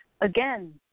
Again